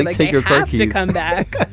like take your coffee to come back.